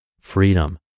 Freedom